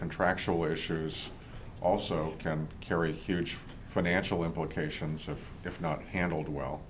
contractual issues also can carry huge financial implications and if not handled well